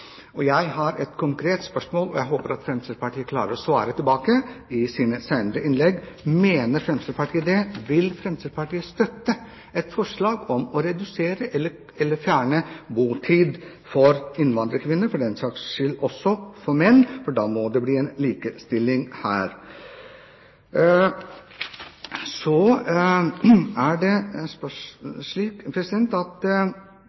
jeg håper Fremskrittspartiet klarer å svare på i sine senere innlegg: Mener Fremskrittspartiet det? Vil Fremskrittspartiet støtte et forslag om å redusere eller fjerne botid for innvandrerkvinner – for den saks skyld også for menn, for da må det bli likestilling her? Jeg tror svaret kommer til å bli nei. Da opplever vi at det er dobbeltkommunikasjon. I så fall er ikke det